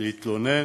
להתלונן,